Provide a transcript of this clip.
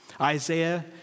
Isaiah